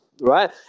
right